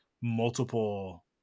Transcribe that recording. multiple